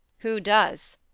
who does?